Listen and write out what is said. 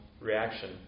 reaction